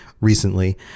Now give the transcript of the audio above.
recently